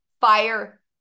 fire